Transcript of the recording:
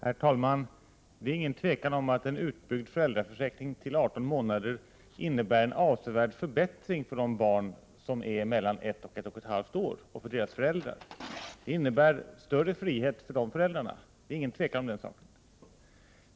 Herr talman! Det är ingen tvekan om att en utbyggd föräldraförsäkring till 18 månader innebär en avsevärd förbättring för de barn som är mellan ett och ett och ett halvt år och för deras föräldrar. Det innebär större frihet för de föräldrarna, det är ingen tvekan om den saken.